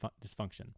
dysfunction